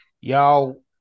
y'all